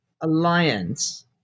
alliance